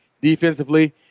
defensively